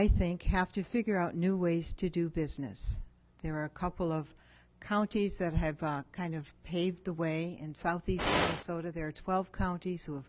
i think have to figure out new ways to do business there are a couple of counties that have kind of paved the way and southeast so to their twelve counties who have